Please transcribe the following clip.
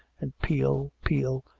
and peal peal,